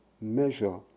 measure